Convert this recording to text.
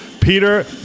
Peter